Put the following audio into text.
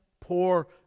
poor